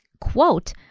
quote